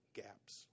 gaps